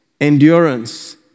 endurance